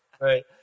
Right